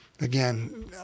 Again